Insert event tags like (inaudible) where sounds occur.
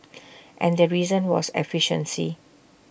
(noise) and the reason was efficiency